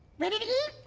ready to eat?